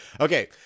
Okay